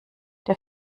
der